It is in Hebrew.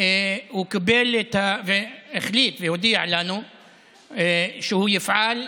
הוא החליט והודיע לנו שהוא יפעל,